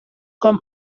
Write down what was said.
com